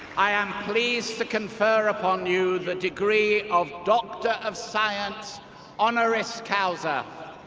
i am pleased to confer upon you the degree of doctor of science honoris causa.